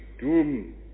doom